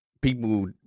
people